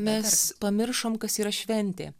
mes pamiršom kas yra šventė